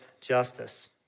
justice